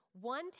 one